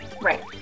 Right